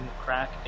crack